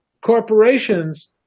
Corporations